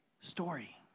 story